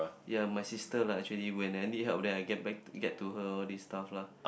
yea my sister lah actually when I need help then I get back get to her this stuff lah